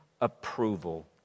approval